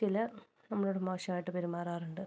ചിലർ നമ്മളോട് മോശമായിട്ട് പെരുമാറാറുണ്ട്